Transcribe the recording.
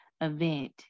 event